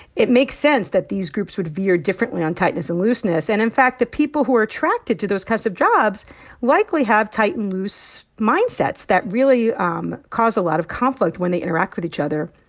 it makes sense that these groups would veer differently on tightness and looseness. and in fact, the people who are attracted to those kinds of jobs likely have tight and loose mindsets that really um cause a lot of conflict when they interact with each other.